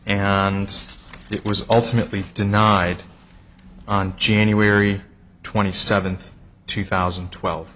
and it was ultimately denied on january twenty seventh two thousand and twelve